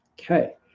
Okay